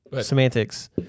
semantics